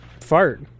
Fart